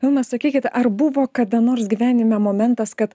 vilma sakykit ar buvo kada nors gyvenime momentas kad